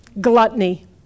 gluttony